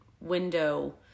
window